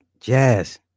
Jazz